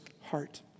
heart